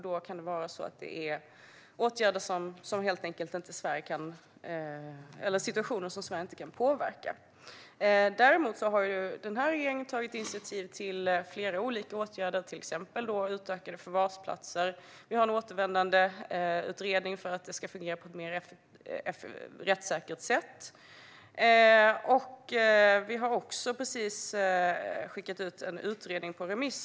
Då kan det vara situationer som Sverige inte kan påverka. Den här regeringen har tagit initiativ till flera olika åtgärder, till exempel ett utökat antal förvarsplatser. Vi har en återvändandeutredning för att det ska fungera på ett mer rättssäkert sätt, och vi har också precis skickat ut en utredning på remiss.